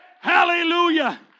Hallelujah